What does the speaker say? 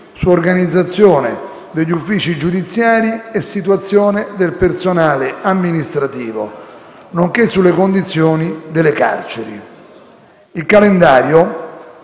su organizzazione degli uffici giudiziari e situazione del personale amministrativo, nonché sulle condizioni delle carceri. Il calendario